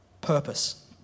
purpose